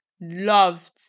loved